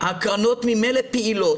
הקרנות ממילא פעילות.